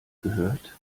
gehört